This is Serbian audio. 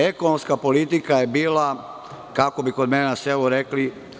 Ekonomska politika je bila, kako bi kod mene na selu rekli.